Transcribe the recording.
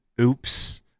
oops